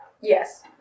Yes